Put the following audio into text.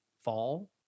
fall